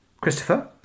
Christopher